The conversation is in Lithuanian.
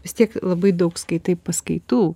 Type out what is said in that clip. vis tiek labai daug skaitai paskaitų